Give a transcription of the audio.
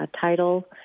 title